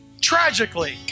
tragically